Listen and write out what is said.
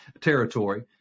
territory